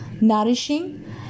nourishing